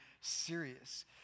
serious